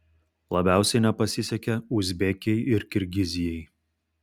labiausiai nepasisekė uzbekijai ir kirgizijai